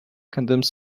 condoms